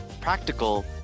practical